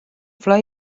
flor